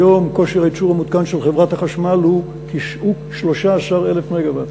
כיום כושר הייצור המותקן של חברת החשמל הוא 13,000 מגה-ואט.